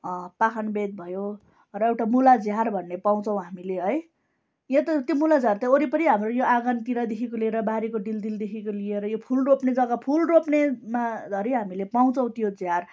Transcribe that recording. पाखनबेद भयो र एउटा मुला झार भन्ने पाउँछौँ हामीले है यो त त्यो मुला झार त्यो वरिपरी हाम्रो यो आँगनतिरदेखिको लिएर बारीको डिल डिलदेखिको लिएर यो फुल रोप्ने जग्गा फुल रोप्नेमा धरी हामीले पाउँछौँ त्यो झार